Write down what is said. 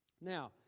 Now